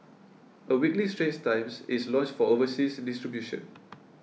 a weekly Straits Times is launched for overseas distribution